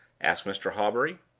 asked mr. hawbury.